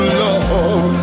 love